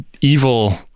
evil